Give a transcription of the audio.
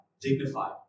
dignified